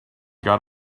got